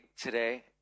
today